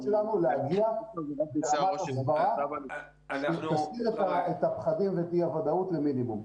שלנו להגיע עם הסברה כדי לצמצם את הפחדים ואת אי הוודאות למינימום.